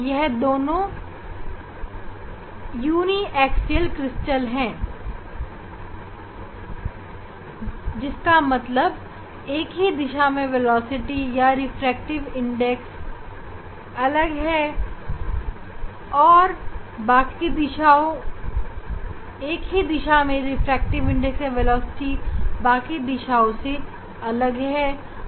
यह दोनों uniaxial crystal है जिसका मतलब एक दिशा में वेलोसिटी या रिफ्रैक्टिव इंडेक्स बाकी दोनों दिशाओं से अलग है